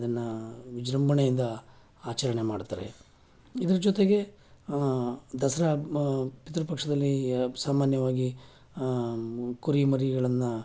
ಅದನ್ನು ವಿಜೃಂಭಣೆಯಿಂದ ಆಚರಣೆ ಮಾಡ್ತಾರೆ ಇದ್ರ ಜೊತೆಗೆ ದಸರಾ ಪಿತೃಪಕ್ಷದಲ್ಲಿ ಸಾಮಾನ್ಯವಾಗಿ ಕುರಿ ಮರಿಗಳನ್ನು